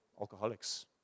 alcoholics